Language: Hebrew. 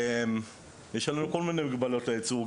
יש לנו כל מיני מגבלות לייצור,